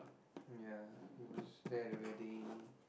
ya he was there at the wedding